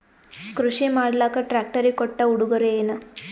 ಕೃಷಿ ಮಾಡಲಾಕ ಟ್ರಾಕ್ಟರಿ ಕೊಟ್ಟ ಉಡುಗೊರೆಯೇನ?